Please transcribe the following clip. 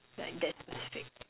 like that specific